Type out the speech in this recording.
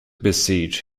besiege